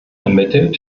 ermittelt